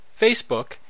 Facebook